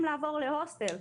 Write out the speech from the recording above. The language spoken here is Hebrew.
צריכים לעבור להוסטל.